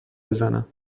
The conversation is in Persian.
بزنم